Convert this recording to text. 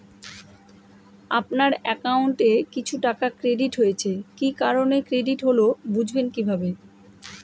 আপনার অ্যাকাউন্ট এ কিছু টাকা ক্রেডিট হয়েছে কি কারণে ক্রেডিট হল বুঝবেন কিভাবে?